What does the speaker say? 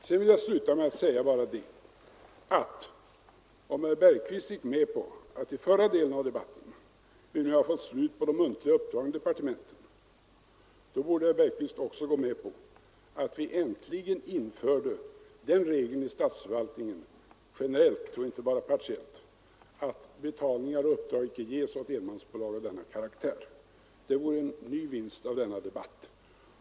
Jag vill avslutningsvis bara säga att om herr Bergqvist i förra delen av debatten gick med på att vi nu har fått slut på de muntliga uppdragen i departementen, så borde herr Bergqvist också gå med på att vi äntligen införde den regeln i statsförvaltningen — generellt och inte bara partiellt — att betalningar och uppdrag inte skall ges åt enmansbolag av denna karaktär. Det vore en ny vinst av denna debatt.